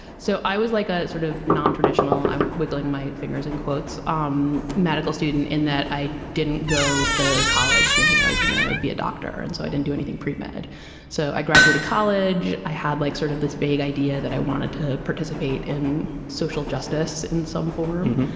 so i was like a sort of nontraditional. i'm wiggling my fingers in quotes. um medical student in that i didn't go to college thinking i was going to be a doctor. and so i didn't do anything pre-med. so i graduated college. i had like sort of this vague idea that i wanted to participate in social justice in some form.